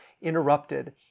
interrupted